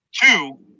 two